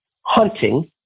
hunting